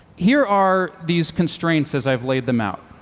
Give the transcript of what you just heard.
here are these constraints as i've laid them out.